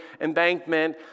embankment